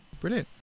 Brilliant